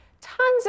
tons